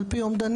על פי אומדנים.